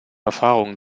erfahrung